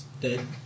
Dead